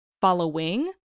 following